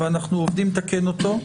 ואנחנו עובדים לתקן אותו,